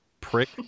prick